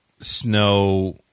Snow